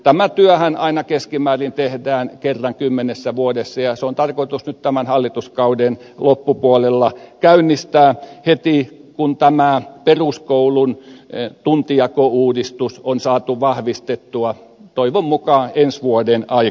tämä työhän aina keskimäärin tehdään kerran kymmenessä vuodessa ja se on tarkoitus nyt tämän hallituskauden loppupuolella käynnistää heti kun tämä peruskoulun tuntijakouudistus on saatu vahvistettua toivon mukaan ensi vuoden aikana